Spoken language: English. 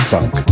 Funk